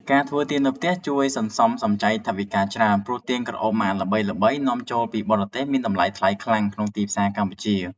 ការធ្វើទៀននៅផ្ទះជួយសន្សំសំចៃថវិកាបានច្រើន ព្រោះទៀនក្រអូបម៉ាកល្បីៗនាំចូលពីបរទេសមានតម្លៃថ្លៃខ្លាំងក្នុងទីផ្សារកម្ពុជា។